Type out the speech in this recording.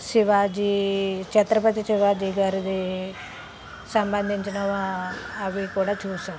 శివాజీ చత్రపతి శివాజీ గారిది సంబంధించిన వా అవి కూడా చూసాం